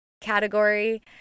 category